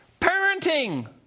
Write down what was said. Parenting